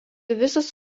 visos